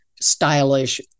stylish